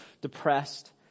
depressed